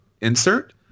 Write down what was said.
insert